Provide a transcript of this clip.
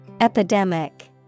Epidemic